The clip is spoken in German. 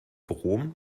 brom